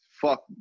Fuck